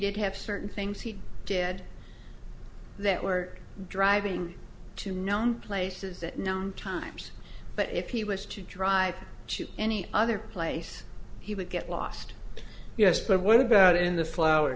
did have certain things he dead that word driving to known places that noun times but if you wish to drive to any other place he would get lost yes but what about in the flower